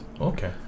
Okay